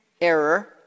error